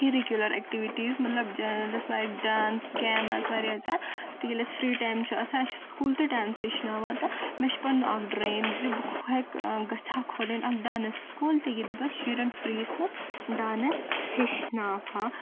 curricular activities مطلب جیٚس like dance games وارِیاہ زیادٕ تہٕ ییٛلہِ اسہِ فری ٹایم چھُ آسان اسہِ چھِ سکوٗل تہِ ڈانس ہیٚچھناوان تہٕ مےٚ چھ پنُن اکھ ڈریٖم زِ بہٕ گژھٕ ہا کھولٕنۍ اکھ ڈانس سکوٗل تہٕ ییٛتہِ بہٕ شُریٚن فریٖس منٛز ڈانس ہیٚچھناوہا